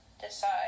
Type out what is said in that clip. decide